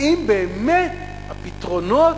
האם באמת הפתרונות,